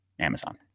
Amazon